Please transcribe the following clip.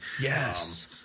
yes